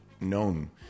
known